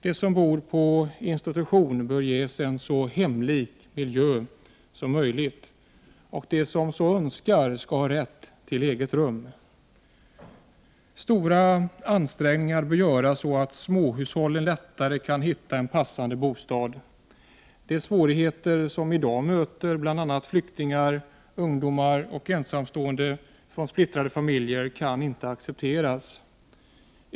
De som bor på institution bör ges en så hemlik miljö som möjligt, och de som så önskar skall ha rätt till eget rum. Stora ansträngningar bör göras för att småhushållen lättare kan hitta en passande bostad. De svårigheter som i dag möter bl.a. flyktingar, ungdomar och ensamstående från splittrade familjer kan inte accepteras.